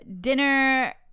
Dinner